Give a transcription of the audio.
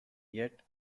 yet